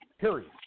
Period